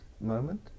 moment